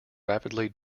rapidly